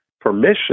permission